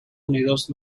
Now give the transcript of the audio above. unidos